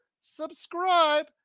subscribe